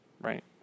right